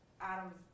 Adam's